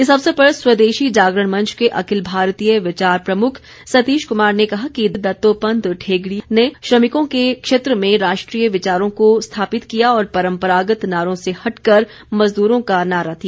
इस अवसर पर स्वदेशी जागरण मंच के अखिल भारतीय विचार प्रमुख सतीश कुमार ने कहा कि दत्तोपंत ठेंगड़ी ने श्रमिकों के क्षेत्र में राष्ट्रीय विचारों को स्थापित किया और परम्परागत नारों से हटकर मजदूरों का नारा दिया